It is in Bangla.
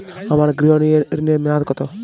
আমার গৃহ ঋণের মেয়াদ কত?